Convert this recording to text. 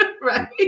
Right